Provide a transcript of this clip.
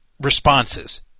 responses